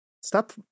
Stop